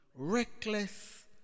reckless